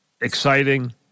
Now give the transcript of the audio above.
exciting